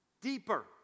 deeper